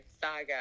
Saga